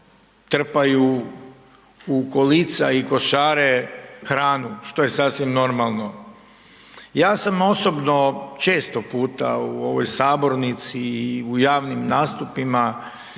trpaju u kolica i košare hranu što je sasvim normalno. Ja sam osobno često puta u ovoj sabornici i u javnim nastupima